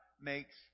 makes